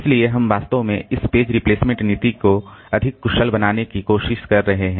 इसलिए हम वास्तव में इस पेज रिप्लेसमेंट नीति को अधिक कुशल बनाने की कोशिश कर रहे हैं